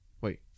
wait